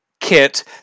kit